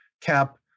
cap